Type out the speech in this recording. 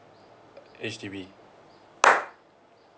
H_D_B